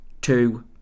two